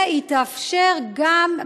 והיא תאפשר גם,